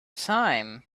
time